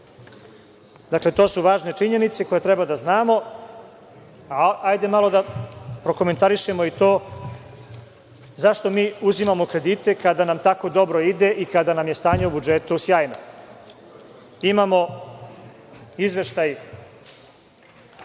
Dakle, to su važne činjenice koje treba da znamo. Hajde malo da prokomentarišemo i to zašto mi uzimamo kredite, kada nam tako dobro ide i kada nam je stanje u budžetu sjajno? Imamo izveštaj